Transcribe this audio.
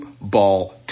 ball